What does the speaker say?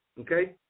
Okay